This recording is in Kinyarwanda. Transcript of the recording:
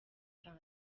bitanu